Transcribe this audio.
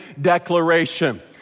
declaration